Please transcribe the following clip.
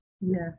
Yes